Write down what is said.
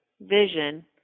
vision